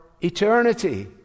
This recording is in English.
eternity